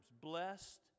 Blessed